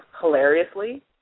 hilariously